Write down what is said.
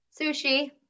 Sushi